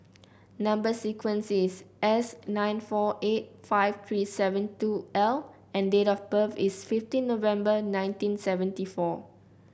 number sequence is S nine four eight five three seven two L and date of birth is fifteen November nineteen seventy four